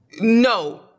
No